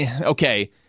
okay